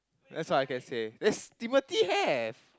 that's all I can say that's Timothy have